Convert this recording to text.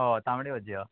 हय तांबडी भाजी आहा